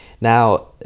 Now